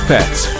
Pets